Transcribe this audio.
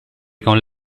con